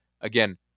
again